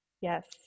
Yes